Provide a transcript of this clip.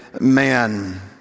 man